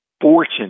fortune